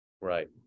right